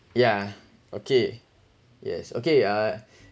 yeah okay yes okay uh